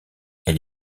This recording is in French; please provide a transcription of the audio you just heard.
elle